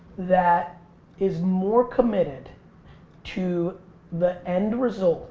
that is more committed to the end result